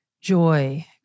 joy